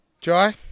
Joy